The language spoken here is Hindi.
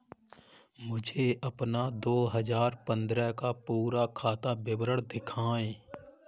मुझे अपना दो हजार पन्द्रह का पूरा खाता विवरण दिखाएँ?